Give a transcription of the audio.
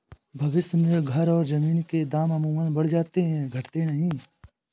भविष्य में घर और जमीन के दाम अमूमन बढ़ जाते हैं घटते नहीं